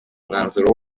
umwanzuro